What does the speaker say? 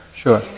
Sure